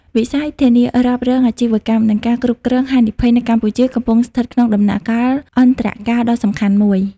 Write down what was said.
វិស័យធានារ៉ាប់រងអាជីវកម្ម និងការគ្រប់គ្រងហានិភ័យ នៅកម្ពុជាកំពុងស្ថិតក្នុងដំណាក់កាលអន្តរកាលដ៏សំខាន់មួយ។